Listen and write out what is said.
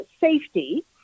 safety